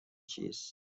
چیست